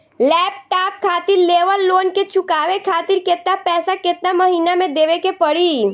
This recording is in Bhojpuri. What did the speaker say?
लैपटाप खातिर लेवल लोन के चुकावे खातिर केतना पैसा केतना महिना मे देवे के पड़ी?